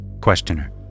Questioner